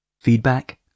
Feedback